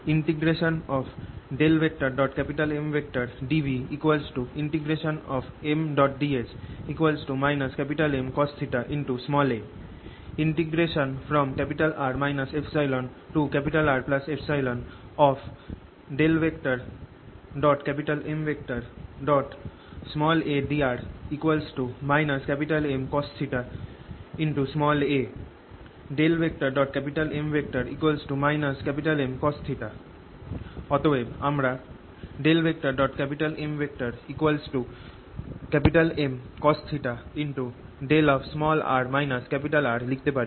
∇Mdv Mds Mcosθa R εRεMadr Mcosθa M Mcosθ অতএব আমরা MMcosθ লিখতে পারি